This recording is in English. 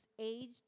aged